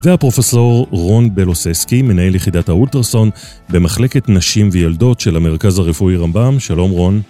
והפרופסור רון בלוססקי מנהל יחידת האולטרסאונד במחלקת נשים וילדות של המרכז הרפואי רמב״ם, שלום רון.